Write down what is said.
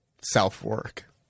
self-work